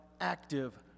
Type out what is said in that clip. active